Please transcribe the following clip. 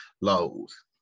lows